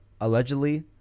allegedly